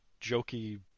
jokey